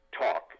talk